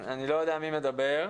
אני לא יודע את מי את מייצגת,